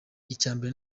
icyambere